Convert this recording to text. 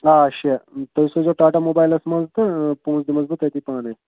آ شےٚ تُہۍ سوٗزۍزیٚو ٹاٹا موبایلَس منٛز تہٕ پۅنٛسہٕ دِمَس بہٕ تٔتی پانَے